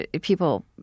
people